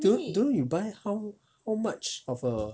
do you don't you buy how how much of a